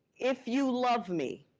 if you love me,